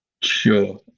Sure